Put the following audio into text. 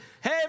Hey